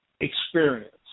experience